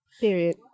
Period